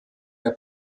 der